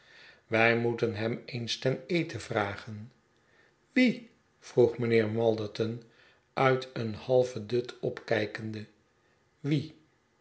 wij moeten hem eens ten eten vragen wie vroeg mijnheer malderton uit een halven dut opkijkende wie